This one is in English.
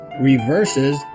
reverses